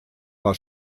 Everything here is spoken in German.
war